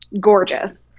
gorgeous